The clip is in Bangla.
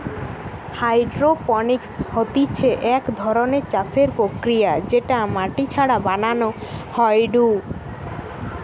হাইড্রোপনিক্স হতিছে এক ধরণের চাষের প্রক্রিয়া যেটা মাটি ছাড়া বানানো হয়ঢু